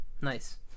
Nice